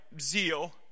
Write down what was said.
zeal